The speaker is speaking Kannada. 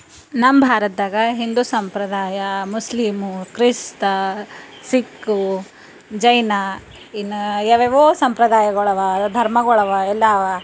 ನಮ್ಮ ಭಾರತದಾಗ ಹಿಂದೂ ಸಂಪ್ರದಾಯ ಮುಸ್ಲೀಮು ಕ್ರಿಸ್ತ ಸಿಕ್ಕು ಜೈನ ಇನ್ನು ಯಾವ್ಯಾವೋ ಸಂಪ್ರದಾಯಗಳವ ಧರ್ಮಗಳವ ಎಲ್ಲ ಅವ